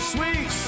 Sweet